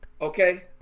Okay